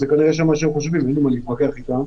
כנראה זה מה שהם חושבים ואין לי מה להתווכח איתם.